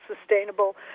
sustainable